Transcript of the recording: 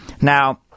Now